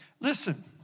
Listen